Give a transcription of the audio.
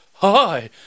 hi